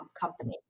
company